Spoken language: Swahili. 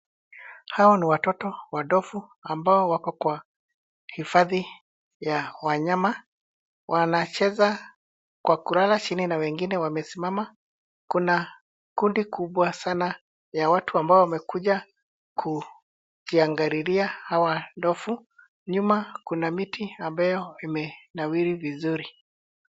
Hawa ni watoto wa ndovu ambao wako kwa hifadhi ya wanyama. Wanacheza kwa kulala chini na wengine wamesimama. Kuna kundi kubwa sana ya watu ambao wamekuja kujiangalilia hawa ndovu. Nyuma, kuna miti ambayo imenawiri vizuri.